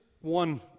one